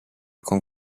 con